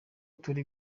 turi